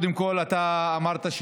אם הייתה מתקבלת פנייה,